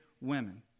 women